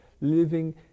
living